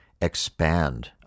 expand